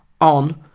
on